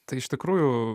tai iš tikrųjų